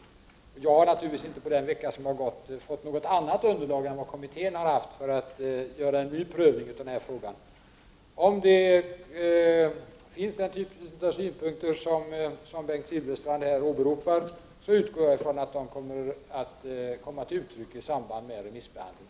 Under den vecka som har gått har jag naturligtvis inte fått något annat underlag för att göra en ny prövning av frågan än det som kommittén har haft. Om det finns sådana synpunkter som Bengt Silfverstrand har åberopat, utgår jag från att dessa kommer att komma till uttryck i samband med remissbehandlingen.